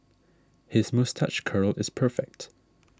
his moustache curl is perfect